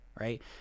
right